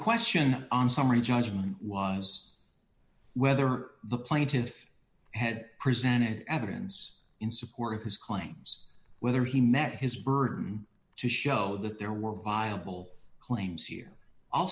question on summary judgment was whether the plaintive had presented evidence in support of his claims whether he met his burden to show that there were viable claims here i'll